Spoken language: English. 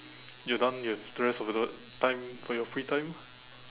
you are done you have the rest of the time for your free time